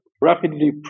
rapidly